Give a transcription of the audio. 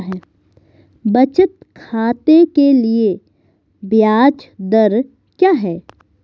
बचत खाते के लिए ब्याज दर क्या है?